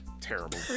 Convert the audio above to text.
Terrible